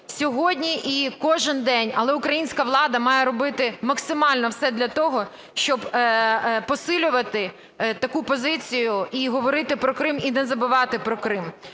сьогодні і кожен день. Але українська влада має робити максимально все для того, щоб посилювати таку позицію і говорити про Крим, і не забувати про Крим.